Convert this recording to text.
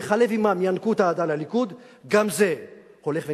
בחלב אמם ינקו את האהדה לליכוד, גם זה הולך ונסדק.